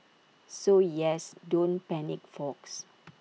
so yes don't panic folks